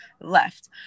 left